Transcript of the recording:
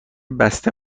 بسته